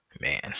man